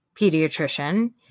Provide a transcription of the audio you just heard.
pediatrician